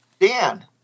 Dan